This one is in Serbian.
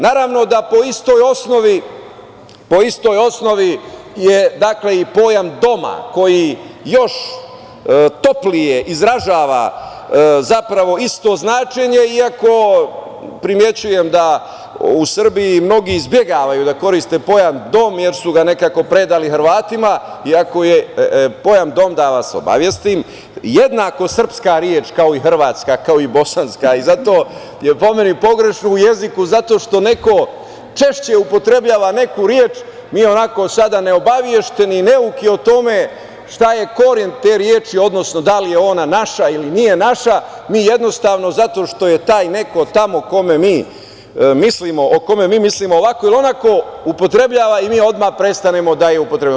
Naravno, da po istoj osnovi je i pojam doma koji još toplije izražava isto značenje iako primećujem u Srbiji mnogi izbegavaju da koriste pojam dom jer su ga nekako predali Hrvatima i ako je pojam dom, da vas obavestim, jednako srpska reč kao i hrvatska kao i bosanska i zato je po meni pogrešno u jeziku zato što neko češće upotrebljava neku reč, mi onako sada neobavešteni, neuki o tome šta je koren te reči, odnosno da li je ona naša ili nije naša, mi jednostavno zato što je taj neko o kome mi mislimo ovako ili onako, upotrebljava i mi odmah prestanemo da je upotrebljavamo.